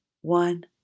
one